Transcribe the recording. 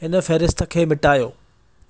हिन फ़हिरिस्त खे मिटायो